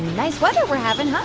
nice weather we're having,